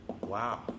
Wow